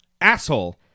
asshole